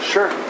Sure